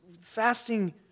Fasting